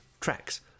tracks